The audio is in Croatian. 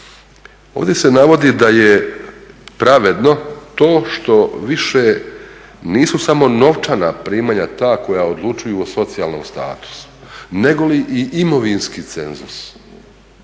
Ovdje se navodi da je pravedno to što više nisu samo novčana primanja ta koja odlučuju o socijalnom statusu negoli i imovinski cenzus.